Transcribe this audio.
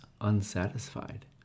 unsatisfied